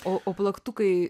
o o plaktukai